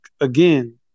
again